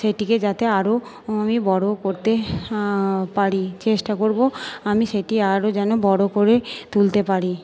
সেটিকে যাতে আরো আমি বড় করতে পারি চেষ্টা করব আমি সেটি আরো যেন বড় করে তুলতে পারি